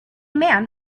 man